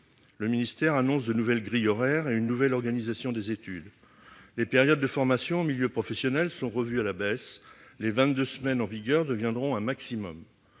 Le ministère annonce de nouvelles grilles horaires et une nouvelle organisation des études. Les périodes de formation en milieu professionnel sont revues à la baisse, les 22 semaines en vigueur devenant un maximum.